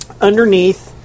underneath